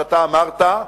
שאתה אמרת,